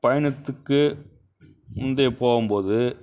பயணத்துக்கு முன்னேப் போகும் போது